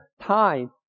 time